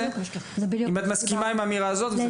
האם את מסכימה עם האמירה הזאת?